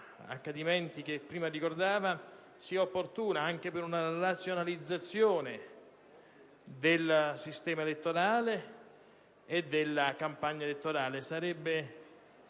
accadimenti che prima ricordava, anche per una razionalizzazione del sistema e della campagna elettorale.